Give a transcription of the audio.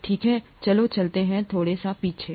ठीक है चलो चलते हैं थोड़ा सा पीछे